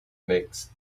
makes